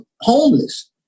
homeless